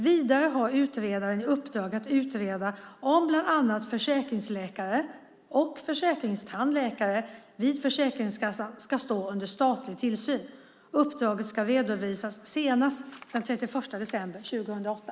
Vidare har utredaren i uppdrag att utreda om bland annat försäkringsläkarna och försäkringstandläkarna vid Försäkringskassan ska stå under statlig tillsyn. Uppdraget ska redovisas senast den 31 december 2008.